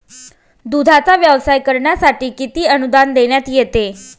दूधाचा व्यवसाय करण्यासाठी किती अनुदान देण्यात येते?